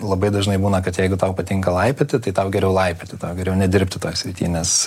labai dažnai būna kad jeigu tau patinka laipioti tai tau geriau laipioti tau geriau nedirbti toj srity nes